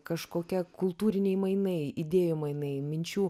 kažkokie kultūriniai mainai idėjų mainai minčių